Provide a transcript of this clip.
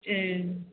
ए